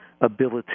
ability